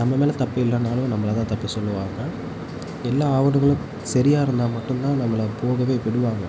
நம் மேல் தப்பு இல்லைனாலும் நம்மளை தான் தப்பு சொல்லுவாங்க எல்லா ஆவணங்களும் சரியாக இருந்தால் மட்டும்தான் நம்மளை போகவே விடுவாங்க